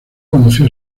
conoció